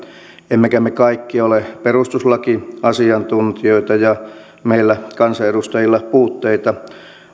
emmekä me kaikki ole perustuslakiasiantuntijoita ja meillä kansanedustajilla puutteita